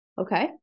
okay